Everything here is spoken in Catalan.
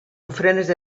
ofrenes